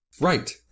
Right